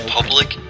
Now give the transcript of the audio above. Public